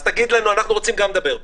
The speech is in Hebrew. אנחנו רוצים גם לדבר פה.